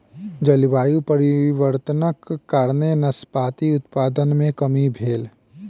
जलवायु परिवर्तनक कारणेँ नाशपाती उत्पादन मे कमी भेल